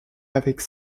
avec